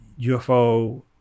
UFO